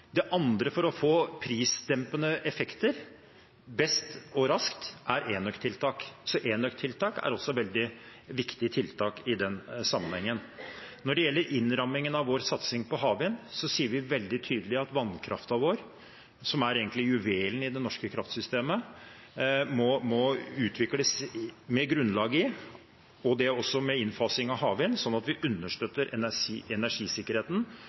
Det andre som skal til for å få prisdempende effekter best mulig og raskt, er enøktiltak. Enøktiltak er også veldig viktige tiltak i den sammenhengen. Når det gjelder innrammingen av satsingen vår på havvind, sier vi veldig tydelig at vannkraften vår, som er juvelen i det norske kraftsystemet, må utvikles, med grunnlag i innfasing av havvind også, slik at vi understøtter energisikkerheten og forutsetningen for at vi